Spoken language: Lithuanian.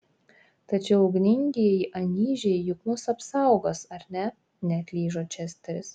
tačiau ugningieji anyžiai juk mus apsaugos ar ne neatlyžo česteris